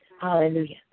hallelujah